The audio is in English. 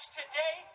today